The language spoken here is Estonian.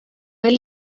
veel